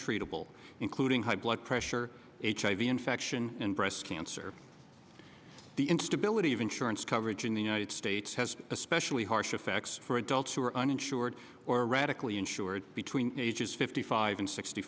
treatable including high blood pressure hiv infection and breast cancer the instability of insurance coverage in the it states has especially harsh effects for adults who are uninsured or radically insured between ages fifty five and sixty